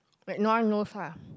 like no one knows lah